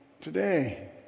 today